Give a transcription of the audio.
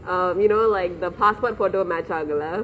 um you know like the passport photo match ஆகலே:aagalae